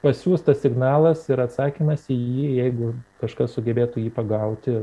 pasiųstas signalas ir atsakymas į jį jeigu kažkas sugebėtų jį pagauti